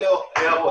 אלה ההערות.